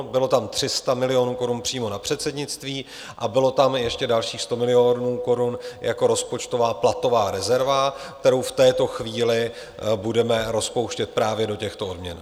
Bylo tam 300 milionů korun přímo na předsednictví a bylo tam ještě dalších 100 milionů korun jako rozpočtová platová rezerva, kterou v této chvíli budeme rozpouštět právě do těchto odměn.